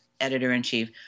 editor-in-chief